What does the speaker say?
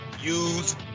use